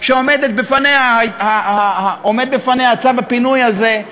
שעומד בפניה צו הפינוי הזה,